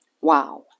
wow